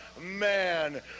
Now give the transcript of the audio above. man